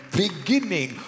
beginning